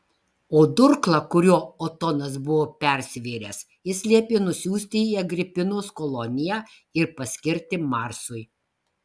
o durklą kuriuo otonas buvo persivėręs jis liepė nusiųsti į agripinos koloniją ir paskirti marsui